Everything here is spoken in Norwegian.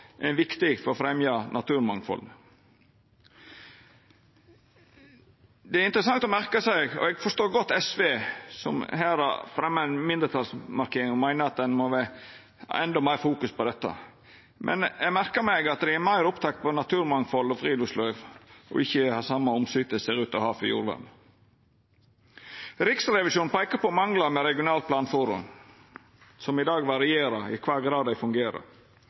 er viktig for å fremja naturmangfald. Eg forstår godt SV, som har ein mindretalsmerknad om dette, og som meiner at ein må fokusera endå meir på dette, men eg merkar meg at dei er meir opptekne av naturmangfald og friluftsliv og ikkje ser ut til å ha same omsorga for jordvern. Riksrevisjonen peikar på manglar ved regionalt planforum, og at det varierer i kva grad dei fungerer